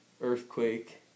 earthquake